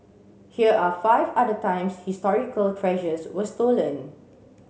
here are five other times historical treasures were stolen